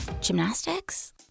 gymnastics